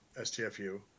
STFU